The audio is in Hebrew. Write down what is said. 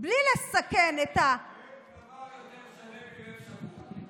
בלי לסכן את, אין דבר יותר שלם מלב שבור.